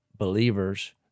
believers